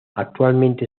actualmente